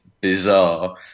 bizarre